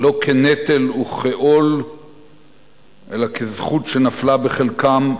לא כנטל וכעול אלא כזכות שנפלה בחלקם,